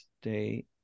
State